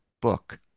book